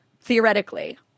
theoretically